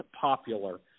popular